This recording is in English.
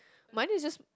money just